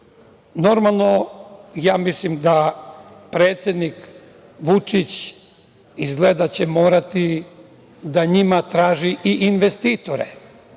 Normalno, ja mislim da predsednik Vučić izgleda će morati da njima traži i investitore.